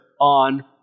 on